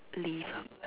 leaf